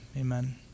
amen